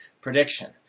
prediction